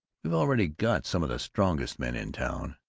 we've already got some of the strongest men in town,